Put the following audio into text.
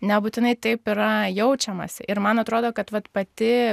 nebūtinai taip yra jaučiamasi ir man atrodo kad vat pati